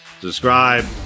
Subscribe